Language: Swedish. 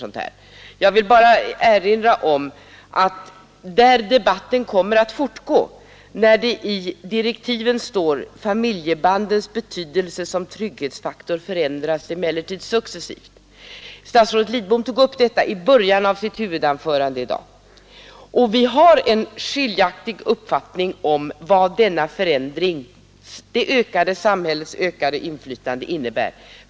Så pass ärliga är vi än Men debatten kommer att fortgå om det som står i direktiven, att ”familjebandens betydelse som trygghets i början av sitt huvudanförande i dag. Vi har olika uppfattningar om vad samhällets ökade inflytande innebär.